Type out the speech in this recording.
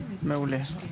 מעולה.